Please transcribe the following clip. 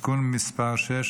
(תיקון מס' 6),